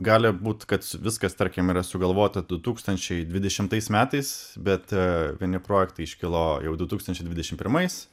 gali būt kads viskas tarkim yra sugalvota du tūkstančiai dvidešimtais metais bet vieni projektai iškilo jau du tūkstančiai dvidešimt pirmais